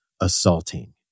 assaulting